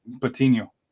Patino